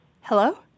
Hello